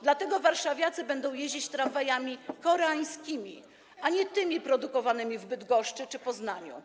Dlatego warszawiacy będą jeździć tramwajami koreańskimi, a nie tymi produkowanymi w Bydgoszczy czy Poznaniu.